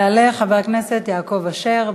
יעלה חבר הכנסת יעקב אשר.